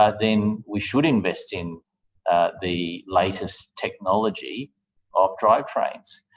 ah then we should invest in the latest technology of drive trains,